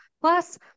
Plus